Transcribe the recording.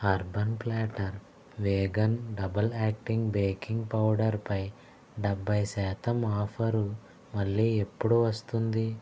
urban Platter vegan double acting baking పౌడర్పై డెబ్బై శాతం ఆఫర్ మళ్ళీ ఎప్పుడు వస్తుంది